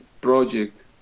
project